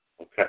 Okay